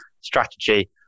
strategy